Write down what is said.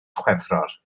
chwefror